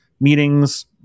meetings